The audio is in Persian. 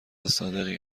صادقی